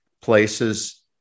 places